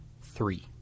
three